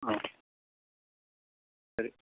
ആ ശരി